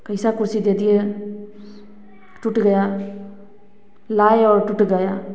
कैसा कुर्सी दे दिए हैं टूट गया लाए और टूट गया